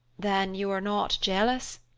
then you are not jealous?